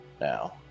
now